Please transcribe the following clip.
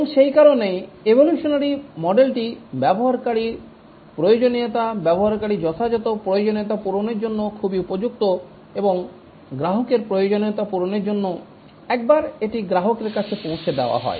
এবং সেই কারণে এভোলিউশনারী মডেলটি ব্যবহারকারীর প্রয়োজনীয়তা ব্যবহারকারীর যথাযথ প্রয়োজনীয়তা পূরণের জন্য খুবই উপযুক্ত এবং গ্রাহকের প্রয়োজনীয়তা পূরণের জন্য একবার এটি গ্রাহকের কাছে পৌঁছে দেওয়া হয়